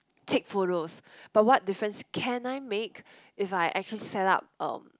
take photos but what difference can I make if I actually set up um